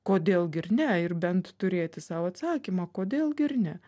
kodėl gi ir ne ir bent turėti sau atsakymą kodėl gi ir ne